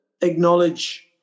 acknowledge